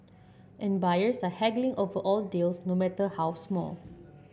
and buyers are haggling over all deals no matter how small